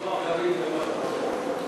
רוח גבית זה מה שאתה צריך.